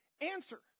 answer